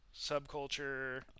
subculture